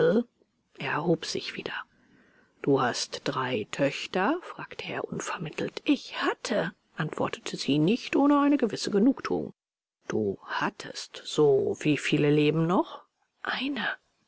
erhob sich wieder du hast drei töchter fragte er unvermittelt ich hatte antwortete sie nicht ohne eine gewisse genugtuung du hattest so wie viele leben noch eine